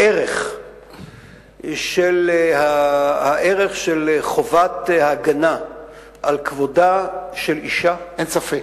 הערך של חובת ההגנה על כבודה של אשה אין ספק.